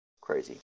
crazy